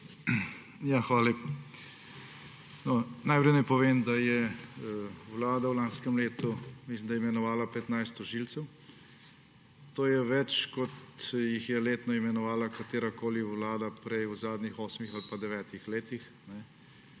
Hvala lepa. Najprej naj povem, da je Vlada v lanskem letu mislim da imenovala 15 tožilcev. To je več, kot jih je letno imenovala katerakoli vlada prej v zadnjih osmih ali pa devetih letih.